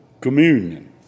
communion